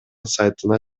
сайтына